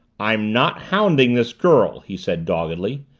i'm not hounding this girl! he said doggedly.